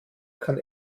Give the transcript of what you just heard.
kann